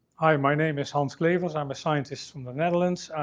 hi. my name is hans clevers. i'm a scientist from the netherlands.